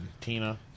Tina